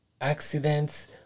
accidents